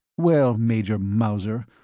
well, major mauser,